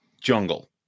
jungle